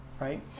right